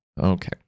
Okay